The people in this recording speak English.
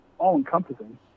all-encompassing